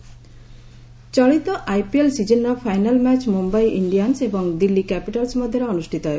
IPL ଚଳିତ IPL ସିଜିନ୍ର final match Mumbai Indians ଏବଂ ଦିଲ୍ଲୀ କ୍ୟାପିଟାଲ୍ସ ମଧ୍ୟରେ ଅନୁଷ୍ଠିତ ହେବ